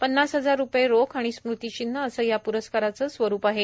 पन्नास हजार रूपये रोख आणि स्मृतीचिन्ह असं या प्रस्काराचं स्वरूप आहे